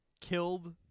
killed